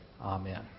Amen